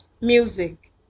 music